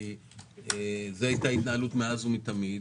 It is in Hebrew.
כי זו הייתה ההתנהלות מאז ומתמיד.